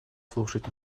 слушать